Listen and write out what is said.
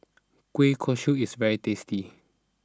Kueh Kosui is very tasty